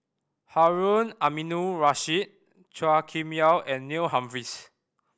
Harun Aminurrashid Chua Kim Yeow and Neil Humphreys